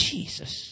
Jesus